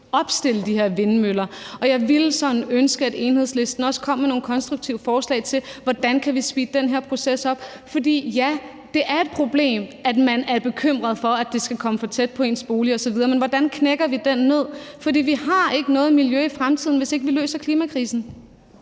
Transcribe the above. opstille de her vindmøller. Og jeg ville sådan ønske, at Enhedslisten også kom med nogle konstruktive forslag til, hvordan vi kan speede den her proces op. For ja, det er et problem, at man er bekymret for, at det skal komme for tæt på ens bolig osv. Men hvordan knækker vi den nød? For vi har ikke noget miljø i fremtiden, hvis ikke vi løser klimakrisen.